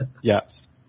Yes